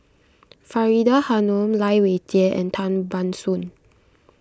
Faridah Hanum Lai Weijie and Tan Ban Soon